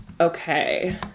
Okay